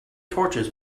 torches